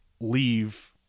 leave